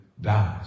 dies